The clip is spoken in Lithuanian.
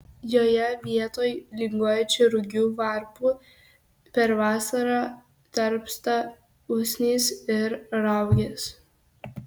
joje vietoj linguojančių rugių varpų per vasarą tarpsta usnys ir raugės